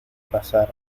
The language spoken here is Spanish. pasar